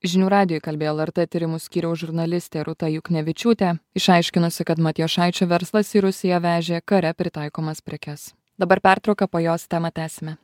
žinių radijui kalbėjo lrt tyrimų skyriaus žurnalistė rūta juknevičiūtė išaiškinusi kad matijošaičio verslas į rusiją vežė kare pritaikomas prekes dabar pertrauka po jos temą tęsime